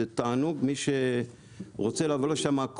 זה תענוג מי שרוצה לבוא לשמה,